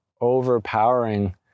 overpowering